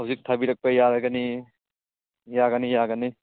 ꯍꯧꯖꯤꯛ ꯊꯥꯕꯤꯔꯛꯄ ꯌꯥꯔꯒꯅꯤ ꯌꯥꯒꯅꯤ ꯌꯥꯒꯅꯤ